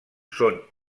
són